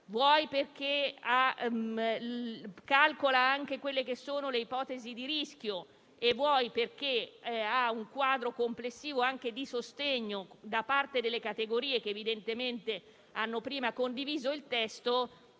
vuoi perché calcola anche le ipotesi di rischio e vuoi perché ha un quadro complessivo anche di sostegno da parte delle categorie che evidentemente hanno prima condiviso il testo,